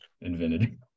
invented